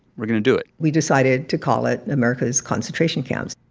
we're going to do it we decided to call it america's concentration camps.